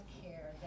care